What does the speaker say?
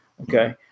Okay